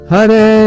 Hare